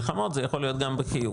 זה יכול להיות גם בחיוב,